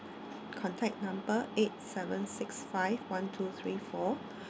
contact number eight seven six five one two three four